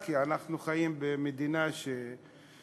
כי אנחנו חיים במדינה שהאילוץ,